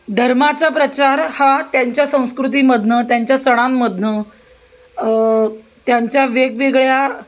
धर्माचा प्रचार हा त्यांच्या संस्कृतीमधनं त्यांच्या सणांमधनं त्यांच्या वेगवेगळ्या